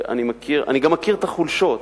אני גם מכיר את החולשות,